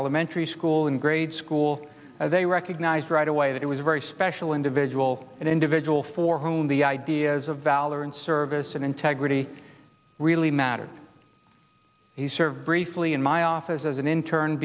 elementary school in grade school they recognized right away that it was a very special individual and individual for whom the ideas of valor and service and integrity really mattered he served briefly in my office as an intern